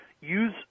use